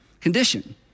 condition